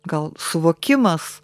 gal suvokimas